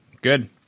good